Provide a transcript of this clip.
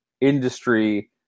industry